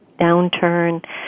downturn